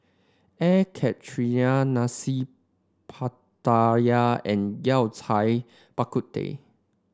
Air Karthira Nasi Pattaya and Yao Cai Bak Kut Teh